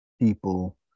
people